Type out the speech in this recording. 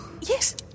Yes